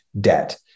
debt